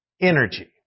energy